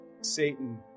Satan